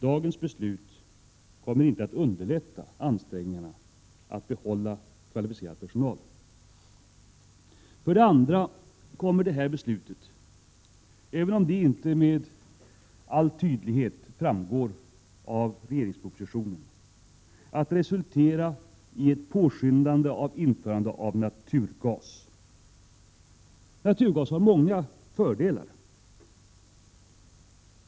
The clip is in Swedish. Dagens beslut kommer inte att underlätta ansträngningarna att behålla kvalificerad och motiverad personal. Vidare kommer detta beslut — även om det inte tydligt framgår av regeringspropositionen — att resultera i att man påskyndar införandet av naturgas. Naturgas har många fördelar.